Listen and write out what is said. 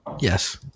Yes